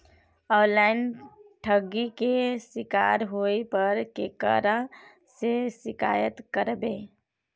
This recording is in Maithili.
ऑनलाइन ठगी के शिकार होय पर केकरा से शिकायत करबै?